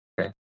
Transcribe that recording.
okay